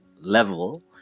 level